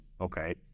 okay